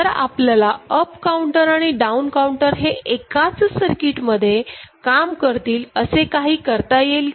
तर आपल्याला up counter आणि डाऊन काऊंटर हे एकाच सर्किट मध्ये काम करतील असे काही करता येईल का